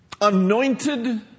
anointed